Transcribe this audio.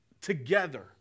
together